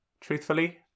Truthfully